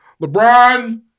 LeBron